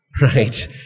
right